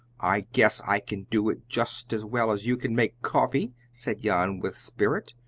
i guess i can do it just as well as you can make coffee, said jan with spirit.